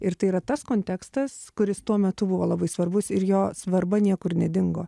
ir tai yra tas kontekstas kuris tuo metu buvo labai svarbus ir jo svarba niekur nedingo